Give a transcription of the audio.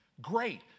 great